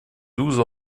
douze